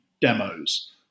demos